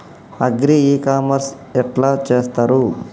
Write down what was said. Agri e commerce ఎట్ల చేస్తరు?